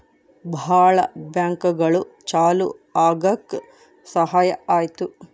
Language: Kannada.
ಭಾಳ ಬ್ಯಾಂಕ್ಗಳು ಚಾಲೂ ಆಗಕ್ ಸಹಾಯ ಆಯ್ತು